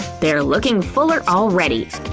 they're looking fuller already!